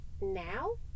now